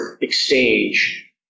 exchange